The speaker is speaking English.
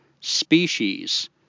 species